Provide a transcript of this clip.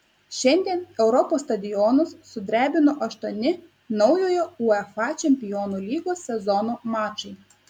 šiandien europos stadionus sudrebino aštuoni naujojo uefa čempionų lygos sezono mačai